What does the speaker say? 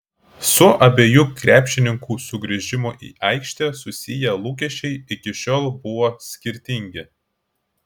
su abiejų krepšininkų sugrįžimu į aikštę susiję lūkesčiai iki šiol buvo skirtingi